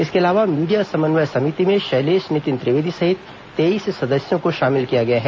इसके अलावा मीडिया समन्वय समिति में शैलेष नितिन त्रिवेदी सहित तेईस सदस्यों को शामिल किया गया है